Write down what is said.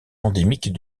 endémique